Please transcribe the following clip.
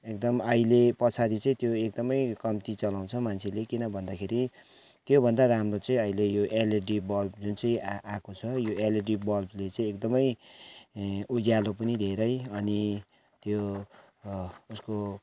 एकदम अहिले पछाडि चाहिँ त्यो एकदमै कम्ती चलाउँछ मान्छेले किन भन्दाखेरि त्योभन्दा राम्रो चाहिँ अहिले यो एलइडी बल्ब जुन चाहिँ आ आएको छ यो एलइडी बल्बले चाहिँ एकदमै उज्यालो पनि धेरै अनि त्यो अर्को